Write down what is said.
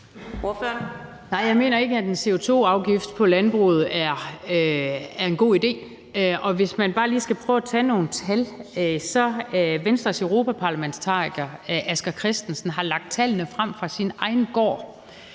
jeg mener ikke, at en CO2-afgift på landbruget er en god idé. Hvis man bare lige skal prøve at tage nogle tal, har Venstres europaparlamentariker Asger Christensen lagt tallene fra sin egen gård